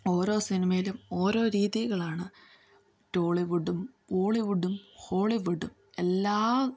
ഓരോ സിനിമയിലും ഓരോ രീതികളാണ് ടോളിവുഡും വോളിവുഡും ഹോളിവുഡും എല്ലാ